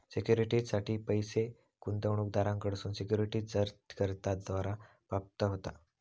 सिक्युरिटीजसाठी पैस गुंतवणूकदारांकडसून सिक्युरिटीज जारीकर्त्याद्वारा प्राप्त होता